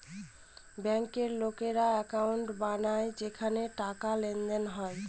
ব্যাঙ্কের লোকেরা একাউন্ট বানায় যেখানে টাকার লেনদেন হয়